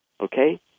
Okay